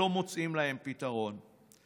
שלא מוצאים להם פתרון,